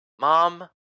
Mom